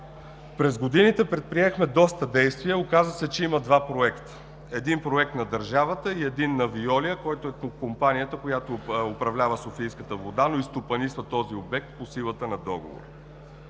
През годините предприехме доста действия. Оказа се, че има два проекта – един проект на държавата и един на „Веолия“, компанията, която управлява софийската вода, но и стопанисва този обект по силата на договор.